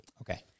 Okay